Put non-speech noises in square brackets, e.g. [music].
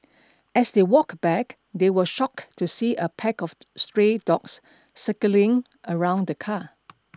as they walked back they were shocked to see a pack of [hesitation] stray dogs circling around the car